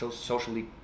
socially